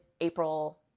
April